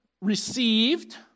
received